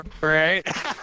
right